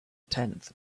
tenth